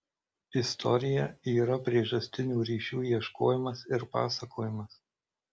istorija yra priežastinių ryšių ieškojimas ir pasakojimas